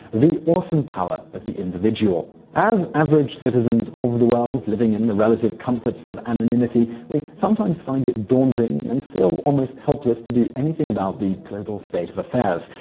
the awesome power of the individual as average citizens of the world, living in the relative comforts of anonymity, we oftentimes find it daunting and feel almost helpless to do anything about the global state of affairs.